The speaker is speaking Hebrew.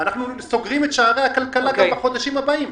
אנחנו סוגרים את שערי הכלכלה גם בחודשים הבאים.